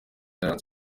islands